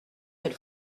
elle